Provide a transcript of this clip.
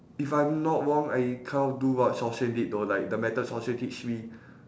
if I'm not wrong I kind of do what xiao-xuan did though like the method xiao-xuan teach me